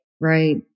Right